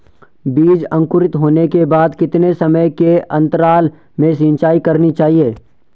बीज अंकुरित होने के बाद कितने समय के अंतराल में सिंचाई करनी चाहिए?